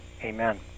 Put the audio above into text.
Amen